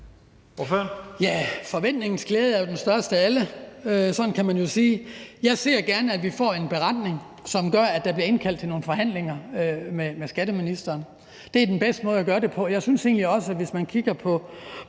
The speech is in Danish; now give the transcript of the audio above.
forventningens glæde er jo den største af alle. Sådan kan man jo sige det. Jeg ser gerne, at vi får en beretning, som gør, at der bliver indkaldt til nogle forhandlinger med skatteministeren. Det er den bedste måde at gøre det på, og jeg synes egentlig også, at hvis man kigger på